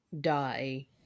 die